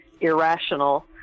irrational